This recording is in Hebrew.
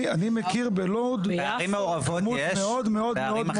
אני מכיר בלוד כמות מאוד מאוד --- בערים מעורבות יש,